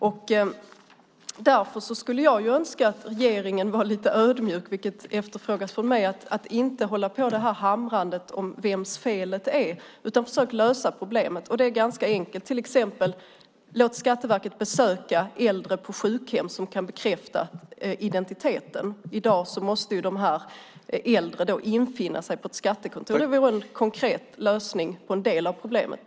Jag skulle önska att regeringen var lite ödmjuk, vilket efterfrågas från mig, och inte hålla på med hamrandet om vems felet är utan försöker lösa problemet. Det är ganska enkelt. Man kan till exempel låta Skatteverket besöka sjukhem som kan bekräfta identiteten. Nu måste de äldre infinna sig på ett skattekontor. Det vore en konkret lösning på en del av problemet.